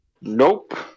nope